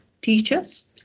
teachers